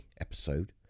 episode